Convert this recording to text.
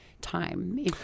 time